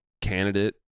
candidate